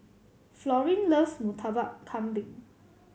Florine loves Murtabak Kambing